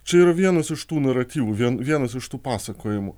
čia yra vienas iš tų naratyvų vien vienas iš tų pasakojimų